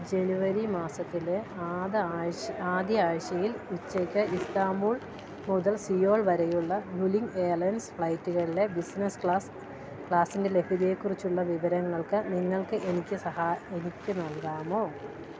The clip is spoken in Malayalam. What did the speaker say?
ജനുവരി മാസത്തിലെ ആദ്യ ആഴ്ച്ചയിൽ ഉച്ചയ്ക്ക് ഇസ്താംബുൾ മുതൽ സിയോൾ വരെയുള്ള വ്യുലിംഗ് എയർലൈൻസ് ഫ്ലൈറ്റുകളിലെ ബിസിനസ്സ് ക്ലാസ് ക്ലാസ്സിൻ്റെ ലഭ്യതയെക്കുറിച്ചുള്ള വിവരങ്ങൾക്ക് നിങ്ങൾക്ക് എനിക്ക് സഹായം എനിക്ക് നൽകാമോ